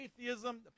atheism